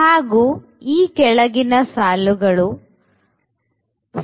ಹಾಗು ಈ ಕೆಳಗಿನ ಸಾಲುಗಳು 0